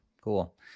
Cool